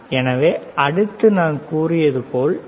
எனவே அடுத்தது நான் கூறியது போல் டி